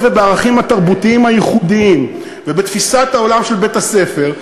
ובערכים התרבותיים הייחודיים ובתפיסת העולם של בית-הספר.